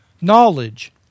knowledge